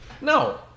no